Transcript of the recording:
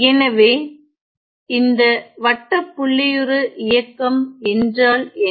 எனவே இந்த வட்டப்புள்ளியுரு இயக்கம் என்றல் என்ன